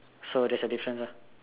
so there's a difference ah